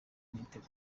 metero